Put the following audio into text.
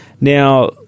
Now